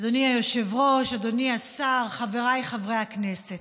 אדוני היושב-ראש, אדוני השר, חבריי חברי הכנסת,